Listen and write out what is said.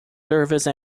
service